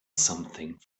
something